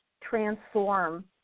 transform